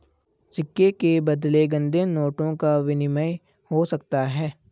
सिक्के के बदले गंदे नोटों का विनिमय हो सकता है